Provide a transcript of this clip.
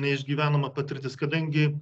neišgyvenama patirtis kadangi